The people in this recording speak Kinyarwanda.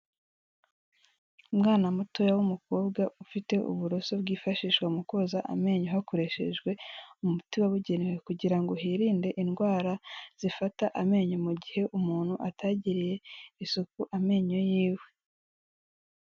Umwana mutoya w'umukobwa ufite uburoso bwifashishwa mu koza amenyo, hakoreshejwe umuti wabugenewe, kugira ngo hirinde indwara zifata amenyo mu gihe umuntu atagiriye isuku amenyo y'iwe.